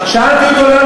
מעולה,